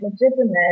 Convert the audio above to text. legitimate